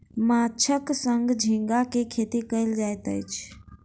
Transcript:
माँछक संग झींगा के खेती कयल जाइत अछि